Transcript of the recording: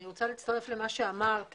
אני רוצה להצטרף למה שאמרת,